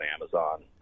Amazon